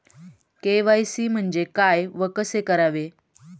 KYC म्हणजे काय व कसे करावे?